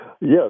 Yes